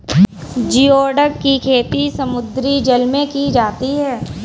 geoduck की खेती समुद्री जल में की जाती है